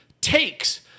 takes